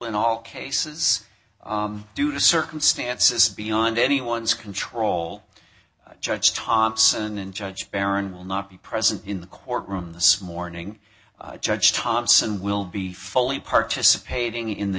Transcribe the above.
in all cases due to circumstances beyond anyone's control judge thompson and judge karen will not be present in the courtroom this morning judge thompson will be fully participating in the